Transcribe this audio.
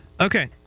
Okay